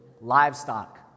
livestock